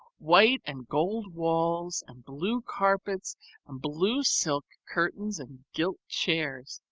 white and gold walls and blue carpets and blue silk curtains and gilt chairs.